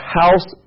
house